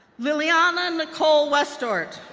liliana nicole westort,